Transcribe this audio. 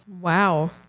wow